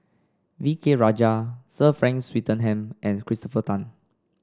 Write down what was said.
V K Rajah Sir Frank Swettenham and Christopher Tan